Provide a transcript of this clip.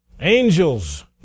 Angels